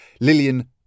Lillian